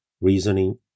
reasoning